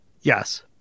Yes